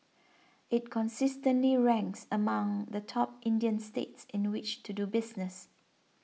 it consistently ranks among the top Indian states in which to do business